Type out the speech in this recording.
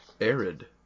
Arid